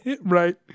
Right